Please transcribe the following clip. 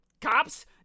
cops